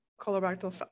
colorectal